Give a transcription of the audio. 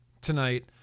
tonight